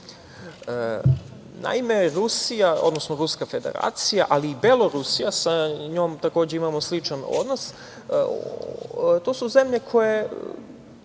Rusija, odnosno Ruska Federacija ali i Belorusija, sa njom takođe imamo sličan odnos, to su zemlje koje